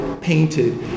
painted